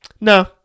no